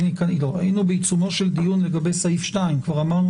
היינו בעיצומו של הדיון לגבי סעיף 2. כבר אמרנו